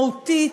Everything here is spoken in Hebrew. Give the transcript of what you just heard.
מהותית.